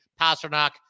Pasternak